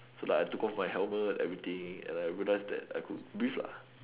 so like I took of my helmet everything and then I realised that I could breathe lah